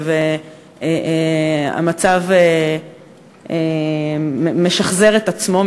והמצב משחזר את עצמו,